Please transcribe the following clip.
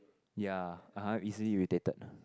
yea (uh huh) easily irritated